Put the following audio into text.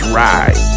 ride